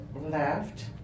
left